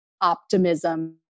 optimism